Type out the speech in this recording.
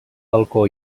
balcó